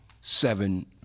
seven